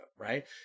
Right